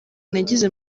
nagize